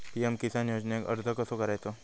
PM Kisan योजनेक अर्ज कसो करायचो?